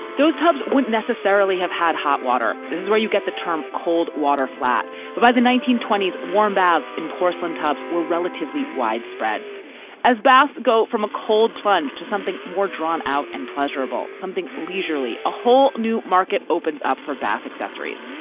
those tubs wouldn't necessarily have had hot water. this is where you get the term cold water flat but by the nineteen twenty s, warm baths in porcelain tops were relatively widespread as bath go from a cold plunge to something more drawn out and pleasurable, something leisurely. a whole new market opens up for bath accessories,